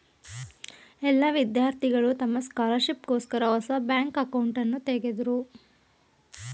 ವಿದ್ಯಾರ್ಥಿಗಳು ತಮ್ಮ ಸ್ಕಾಲರ್ಶಿಪ್ ಗೋಸ್ಕರ ಹೊಸ ಬ್ಯಾಂಕ್ ಅಕೌಂಟ್ನನ ತಗದ್ರು